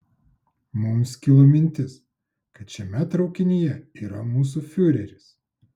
mums kilo mintis kad šiame traukinyje yra mūsų fiureris